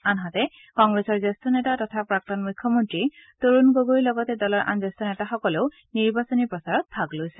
আনহাতে কংগ্ৰেছৰ জ্যেষ্ঠ নেতা তথা প্ৰাক্তন মুখ্যমন্ত্ৰী তৰুণ গগৈৰ লগতে দলৰ আন জ্যেষ্ঠ নেতাসকলেও নিৰ্বাচনী প্ৰচাৰত ভাগ লৈছে